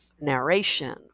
narration